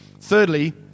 Thirdly